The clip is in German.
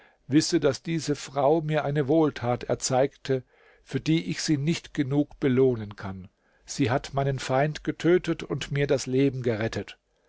wisse daß diese frau mir eine wohltat erzeigte für die ich sie nicht genug belohnen kann sie hat meinen feind getötet und mir das leben gerettet